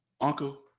uncle